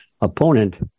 opponent